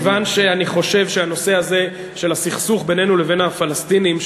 כיוון שאני חושב שהנושא הזה של הסכסוך בינינו ובין הפלסטינים,